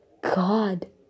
God